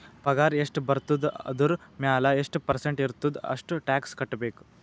ಪಗಾರ್ ಎಷ್ಟ ಬರ್ತುದ ಅದುರ್ ಮ್ಯಾಲ ಎಷ್ಟ ಪರ್ಸೆಂಟ್ ಇರ್ತುದ್ ಅಷ್ಟ ಟ್ಯಾಕ್ಸ್ ಕಟ್ಬೇಕ್